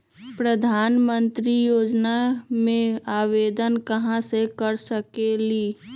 प्रधानमंत्री योजना में आवेदन कहा से कर सकेली?